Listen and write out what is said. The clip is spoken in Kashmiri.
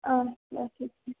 آ اچھا اچھا ٹھیٖک